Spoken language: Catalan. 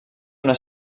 una